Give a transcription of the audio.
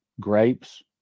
grapes